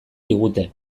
digute